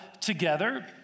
together